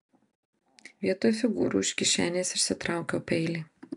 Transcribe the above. vietoj figūrų iš kišenės išsitraukiau peilį